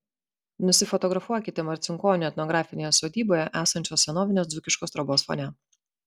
nusifotografuokite marcinkonių etnografinėje sodyboje esančios senovinės dzūkiškos trobos fone